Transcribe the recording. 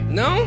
no